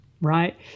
right